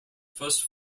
first